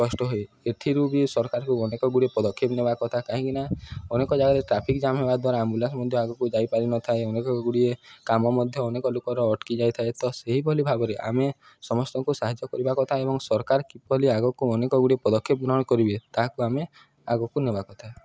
କଷ୍ଟ ହୁଏ ଏଥିରୁ ବି ସରକାରଙ୍କୁ ଅନେକଗୁଡ଼ିଏ ପଦକ୍ଷେପ ନେବା କଥା କାହିଁକିନା ଅନେକ ଜାଗାରେ ଟ୍ରାଫିକ୍ ଜାମ୍ ହେବା ଦ୍ୱାରା ଆମ୍ବୁଲାନ୍ସ ମଧ୍ୟ ଆଗକୁ ଯାଇପାରିନଥାଏ ଅନେକଗୁଡ଼ିଏ କାମ ମଧ୍ୟ ଅନେକ ଲୋକର ଅଟକି ଯାଇଥାଏ ତ ସେଇଭଲି ଭାବରେ ଆମେ ସମସ୍ତଙ୍କୁ ସାହାଯ୍ୟ କରିବା କଥା ଏବଂ ସରକାର କିଭଲି ଆଗକୁ ଅନେକଗୁଡ଼ିଏ ପଦକ୍ଷେପ ଗ୍ରହଣ କରିବେ ତାହାକୁ ଆମେ ଆଗକୁ ନେବା କଥା